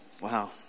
wow